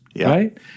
Right